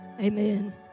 Amen